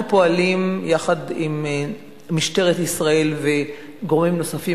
אנחנו פועלים יחד עם משטרת ישראל וגורמים נוספים,